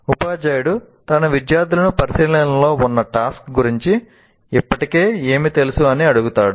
ఉపాధ్యాయుడు తన విద్యార్థులను పరిశీలనలో ఉన్న టాస్క్ గురించి ఇప్పటికే ఏమి తెలుసు అని అడుగుతాడు